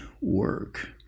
work